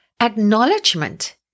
acknowledgement